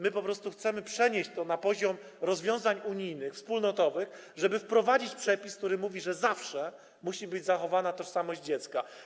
My po prostu chcemy przenieść to na poziom rozwiązań unijnych, wspólnotowych, żeby wprowadzić przepis, który mówi, że zawsze musi być zachowana tożsamość dziecka.